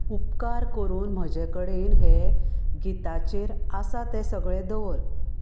उपकार करून म्हजे कडेन हें गिताचेर आसा तें सगळें दवर